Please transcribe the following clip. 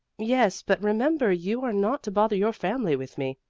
yes, but remember you are not to bother your family with me.